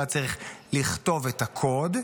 הוא היה צריך לכתוב את הקוד,